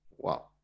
Wow